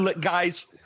guys